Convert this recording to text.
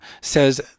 says